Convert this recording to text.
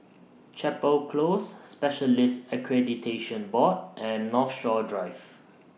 Chapel Close Specialists Accreditation Board and Northshore Drive